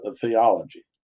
theology